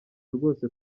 rwose